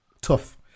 tough